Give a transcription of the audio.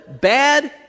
bad